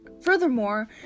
Furthermore